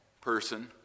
person